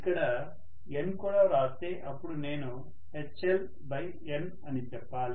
ఇక్కడ N కూడా వ్రాస్తే అప్పుడు నేను HlN అని చెప్పాలి